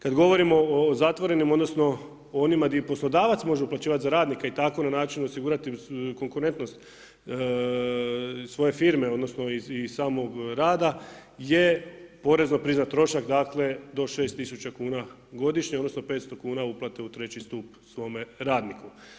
Kada govorimo o zatvorenim odnosno onima gdje poslodavac može uplaćivati za radnika i tako na način osigurati konkurentnost svoje firme odnosno iz samog rada je porezno priznat trošak, dakle do 6000 kuna godišnje odnosno 500 kuna uplate u treći stup svome radniku.